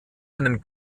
einen